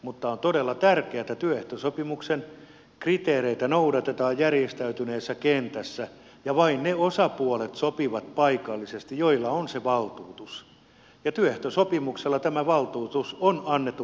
mutta on todella tärkeää että työehtosopimuksen kriteereitä noudatetaan järjestäytyneessä kentässä ja vain ne osapuolet sopivat paikallisesti joilla on se valtuutus ja työehtosopimuksella tämä valtuutus on annettu pääluottamusmiehelle